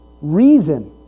reason